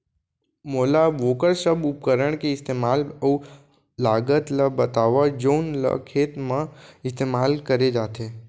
मोला वोकर सब उपकरण के इस्तेमाल अऊ लागत ल बतावव जउन ल खेत म इस्तेमाल करे जाथे?